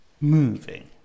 moving